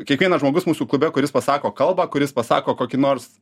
kiekvienas žmogus mūsų klube kuris pasako kalbą kuris pasako kokį nors